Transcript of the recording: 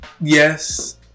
Yes